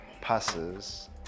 passes